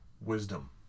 wisdom